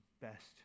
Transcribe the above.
best